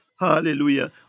Hallelujah